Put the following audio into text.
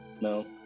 no